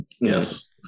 Yes